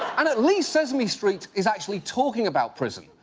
and at least sesame street is actually talking about prison.